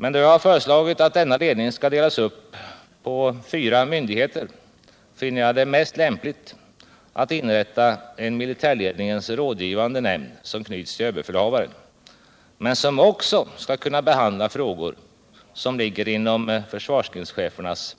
Då jag har föreslagit att denna ledning skall delas upp på fyra myndigheter, finner jag det dock mest lämpligt att inrätta en militärledningens rådgivande nämnd, som knyts till överbefälhavaren men som också skall kunna behandla frågor som ligger inom försvarsgrenschefernas